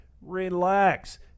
relax